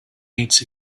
meets